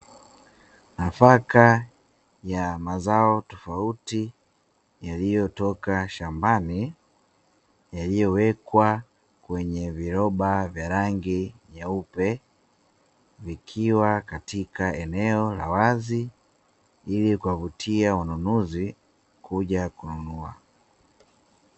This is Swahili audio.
Nafaka ya mazao tofauti yaliyotoka shambani yaliyowekwa kwenye viroba vya rangi nyeupe vikiwa katika eneo la wazi ili kuwavutia wanunuzi kuja kununua.